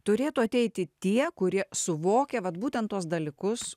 turėtų ateiti tie kurie suvokia vat būtent tuos dalykus